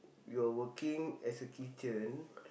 you're working as a kitchen